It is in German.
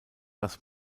dass